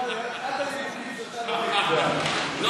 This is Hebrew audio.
אי-אמון בממשלה לא